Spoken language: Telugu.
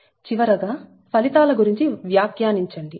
చివర గా ఫలితాల గురించి వ్యాఖ్యానించండి